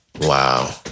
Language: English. Wow